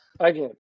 Okay